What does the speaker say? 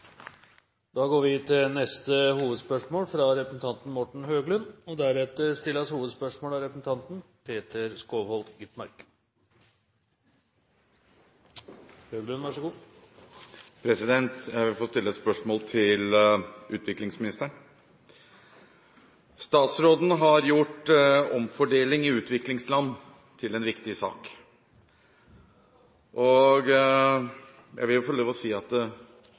hovedspørsmål. Jeg vil få stille et spørsmål til utviklingsministeren. Statsråden har gjort omfordeling i utviklingsland til en viktig sak. Jeg vil få lov til å si at